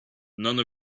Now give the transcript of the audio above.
none